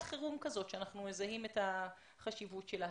חירום כזאת שאנחנו מזהים את החשיבות שלה.